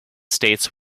states